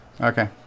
Okay